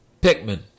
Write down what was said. Pikmin